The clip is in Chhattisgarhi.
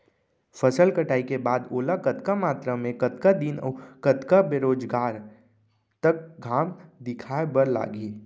फसल कटाई के बाद ओला कतका मात्रा मे, कतका दिन अऊ कतका बेरोजगार तक घाम दिखाए बर लागही?